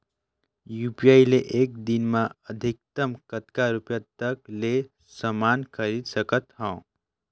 UPI ले एक दिन म अधिकतम कतका रुपिया तक ले समान खरीद सकत हवं?